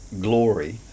glory